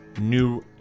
new